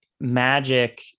magic